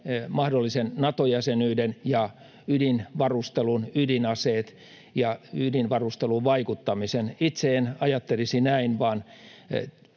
mahdollisen Nato-jäsenyyden ja ydinvarustelun, ydinaseet ja ydinvarusteluun vaikuttamisen. Itse en ajattelisi näin, vaan